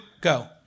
go